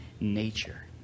nature